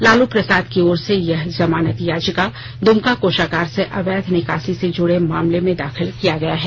लालू प्रसाद की ओर से यह जमानत याचिका दुमका कोषागार से अवैध निकासी से जुड़े मामले में दाखिल किया गया है